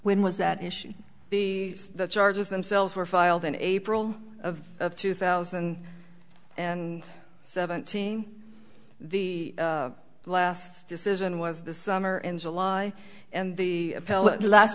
when was that issued the charges themselves were filed in april of two thousand and seventeen the last decision was the summer in july and the